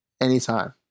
anytime